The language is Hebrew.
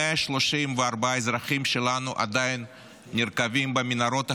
134 אזרחים שלנו עדיין נרקבים במנהרות החמאס.